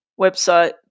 website